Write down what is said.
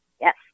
Yes